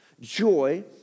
Joy